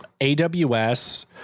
AWS